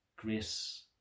Grace